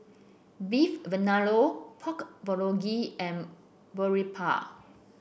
Beef Vindaloo Pork Bulgogi and Boribap